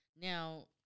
Now